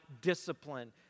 discipline